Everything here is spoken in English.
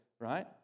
right